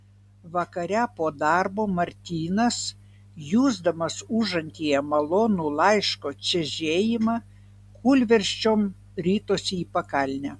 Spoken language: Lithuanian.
vakare po darbo martynas jusdamas užantyje malonų laiško čežėjimą kūlversčiom ritosi į pakalnę